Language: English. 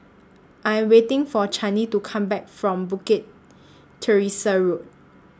I Am waiting For Channie to Come Back from Bukit Teresa Road